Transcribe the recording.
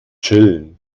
chillen